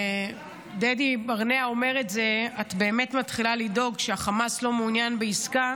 ודדי ברנע אומר את זה: את באמת מתחילה לדאוג כשהחמאס לא מעוניין בעסקה,